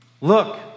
Look